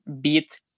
beat